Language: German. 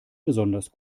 besonders